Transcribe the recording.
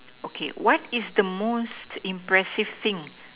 okay what is the most impressive thing